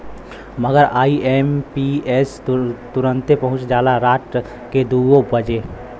मगर आई.एम.पी.एस तुरन्ते पहुच जाला राट के दुइयो बजे